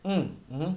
mm mm